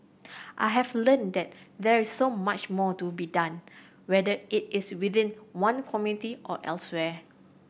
I have learnt that there is so much more to be done whether it is within one community or elsewhere